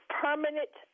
permanent